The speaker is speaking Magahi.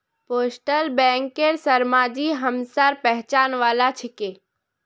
पोस्टल बैंकेर शर्माजी हमसार पहचान वाला छिके